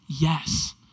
Yes